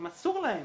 אם אסור להם